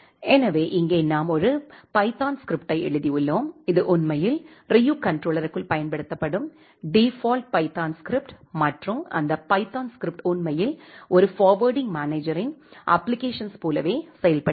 எனவே இங்கே நாம் ஒரு பைதான் ஸ்கிரிப்டை எழுதியுள்ளோம் இது உண்மையில் ரியூ கன்ட்ரோலருக்குள் பயன்படுத்தப்படும் டிபாஃல்ட் பைதான் ஸ்கிரிப்ட் மற்றும் அந்த பைதான் ஸ்கிரிப்ட் உண்மையில் ஒரு ஃபார்வேர்ட்டிங் மேனேஜரின் அப்ப்ளிகேஷன்ஸ் போலவே செயல்படுகிறது